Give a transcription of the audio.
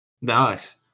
Nice